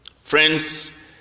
friends